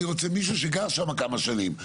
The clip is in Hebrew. אני רוצה מישהו שגר שם כבר כמה שנים.